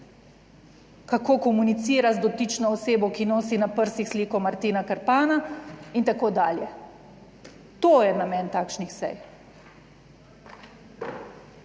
kako komunicira z dotično osebo, ki nosi na prsih sliko Martina Krpana itd. - to je namen takšnih sej.